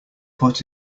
put